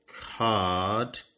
card